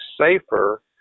safer